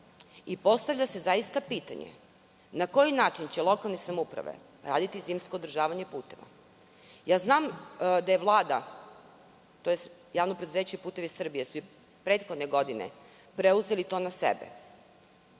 Postavlja se pitanje – na koji način će lokalne samouprave raditi zimsko održavanje puteva? Znam da je Vlada, tj. Javno preduzeće „Putevi Srbije“ je prethodne godine preuzelo to na sebe,